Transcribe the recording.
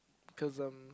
cause um